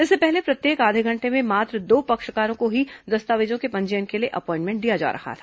इससे पहले प्रत्येक आधे घंटे में मात्र दो पक्षकारों को ही दस्तावेजों के पंजीयन के लिए अपॉइमेंट दिया जा रहा था